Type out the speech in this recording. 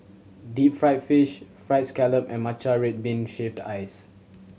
deep fried fish Fried Scallop and matcha red bean shaved ice